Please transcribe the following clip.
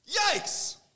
Yikes